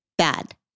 bad